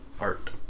art